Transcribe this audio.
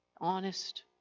Honest